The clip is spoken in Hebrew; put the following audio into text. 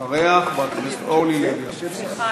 אחריה, חברת הכנסת אורלי לוי אבקסיס.